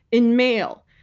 in mail.